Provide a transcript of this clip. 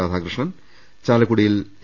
Radhakrishnan Chalakudy A